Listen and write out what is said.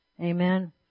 Amen